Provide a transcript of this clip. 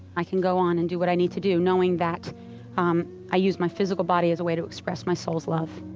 i can go on and do what i need to do, knowing that um i used my physical body as a way to express my soul's love